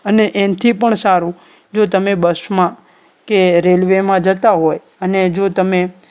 અને એનાથી પણ સારું જો તમે બસમાં કે રેલવેમાં જતા હોય અને જો તમે